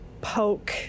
poke